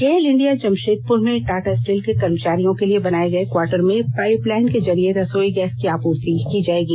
गेल India Jamshedpur में Tata steel के कर्मचारियों के लिए बनाए गए क्वार्टर में पाइप लाइन के जरिए रसोई गैस की आपूर्ति करेगी